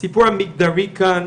הסיפור המגדרי כאן